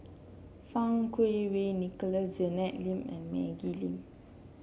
Fang Kuo Wei Nicholas Janet Lim and Maggie Lim